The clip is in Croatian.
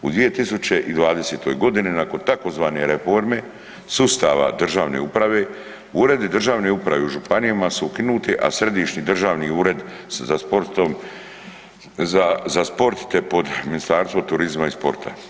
U 2020. godini nakon tzv. reforme sustava državne uprave, uredi državne uprave u županijama su ukinuti, a Središnji državni ured za sport te pod Ministarstvo turizma i sporta.